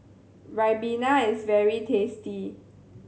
Ribena is very tasty